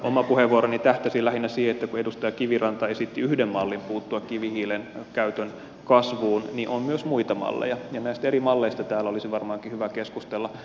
oma puheenvuoroni tähtäsi lähinnä siihen että kun edustaja kiviranta esitti yhden mallin puuttua kivihiilen käytön kasvuun niin on myös muita malleja ja näistä eri malleista täällä olisi varmaankin hyvä keskustella